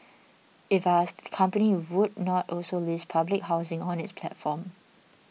if asked the company would not also list public housing on its platform